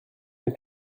mes